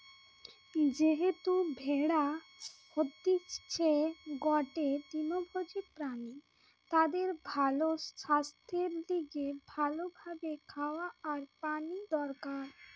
যেহেতু ভেড়া হতিছে গটে তৃণভোজী প্রাণী তাদের ভালো সাস্থের লিগে ভালো ভাবে খাওয়া আর পানি দরকার